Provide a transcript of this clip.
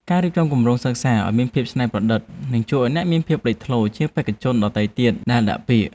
ការរៀបចំគម្រោងសិក្សាឱ្យមានភាពច្នៃប្រឌិតនឹងជួយឱ្យអ្នកមានភាពលេចធ្លោជាងបេក្ខជនដទៃទៀតដែលដាក់ពាក្យ។